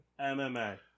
MMA